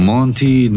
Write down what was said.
Monty